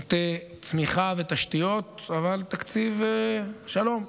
מוטה צמיחה ותשתיות, אבל תקציב שלום,